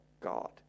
God